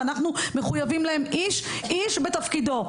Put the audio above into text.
ואנחנו מחויבים להם איש איש בתפקידו.